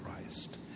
Christ